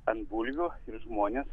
ant bulvių ir žmonės